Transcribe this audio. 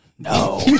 No